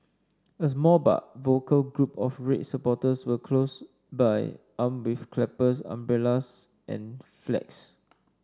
a small but vocal group of red supporters were close by armed with clappers umbrellas and flags